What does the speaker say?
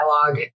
dialogue